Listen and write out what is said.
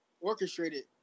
orchestrated